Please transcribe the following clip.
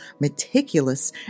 meticulous